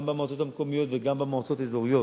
גם במועצות המקומיות וגם במועצות האזוריות.